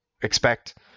expect